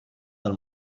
dal